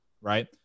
right